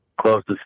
Closest